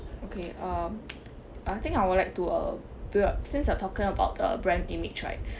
okay um I think I would like to uh build up since you're talking about the brand image right